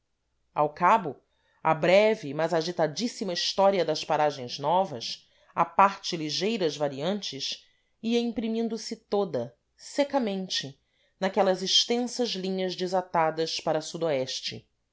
ao cabo a breve mas agitadíssima história das paragens novas à parte ligeiras variantes ia imprimindo se toda secamente naquelas extensas linhas desatadas para